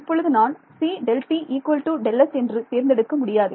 இப்பொழுது நான் cΔt Δs என்று தேர்ந்தெடுக்க முடியாது